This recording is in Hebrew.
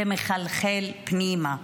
זה מחלחל פנימה.